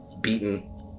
beaten